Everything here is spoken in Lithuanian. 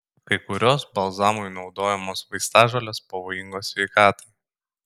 kai kurios balzamui naudojamos vaistažolės pavojingos sveikatai